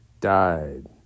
died